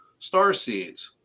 starseeds